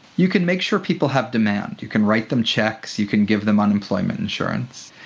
you can make sure people have demand. you can write them checks, you can give them unemployment insurance,